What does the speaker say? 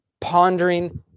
pondering